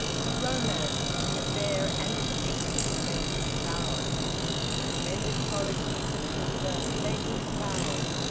the romance of the affair, and its secrecy, made him proud the splendid qualities of hilda made him proud.